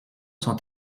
sont